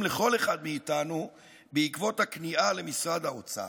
לכל אחד מאיתנו בעקבות הכניעה למשרד האוצר,